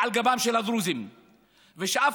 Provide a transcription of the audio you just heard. ועל